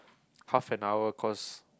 half an hour cause